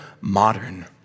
modern